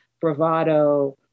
bravado